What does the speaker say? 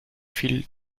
fil